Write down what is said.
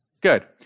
Good